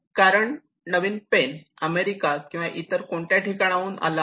कारण हा नवीन पेन अमेरिका किंवा इतर कोणत्या ठिकाणाहून आला आहे